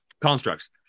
constructs